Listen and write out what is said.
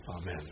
Amen